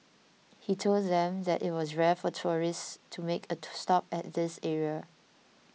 he told them that it was rare for tourists to make a to stop at this area